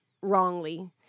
wrongly